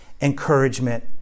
encouragement